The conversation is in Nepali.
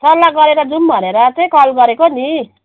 सल्लाह गरेर जाऊँ भनेर चाहिँ कल गरेको नि